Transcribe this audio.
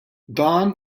dan